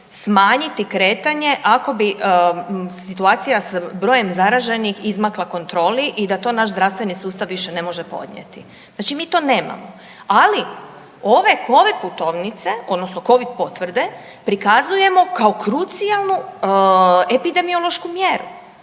smanjiti kretanje ako bi situacija s brojem zaraženih izmakla kontroli i da to naš zdravstveni sustav više ne može podnijeti. Znači mi to nemamo. Ali ove covid putovnice, odnosno covid potvrde prikazujemo kao krucijalnu epidemiološku mjeru.